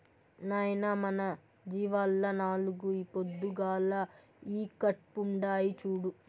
నాయనా మన జీవాల్ల నాలుగు ఈ పొద్దుగాల ఈకట్పుండాయి చూడు